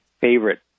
favorite